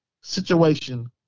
situation